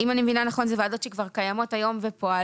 אם אני מבינה נכון זה כבר ועדות שקיימות היום ופועלות,